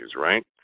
right